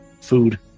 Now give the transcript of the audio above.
food